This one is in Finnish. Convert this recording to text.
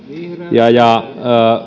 ja ja